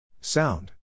Sound